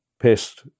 pissed